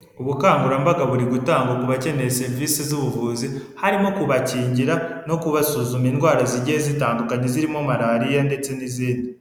Ubukangurambaga buri gutangwa ku bakeneye serivisi z'ubuvuzi harimo kubakingira ndetse no kubasuzuma indwara zigiye zitandukanye zirimo malariya ndetse n'izindi.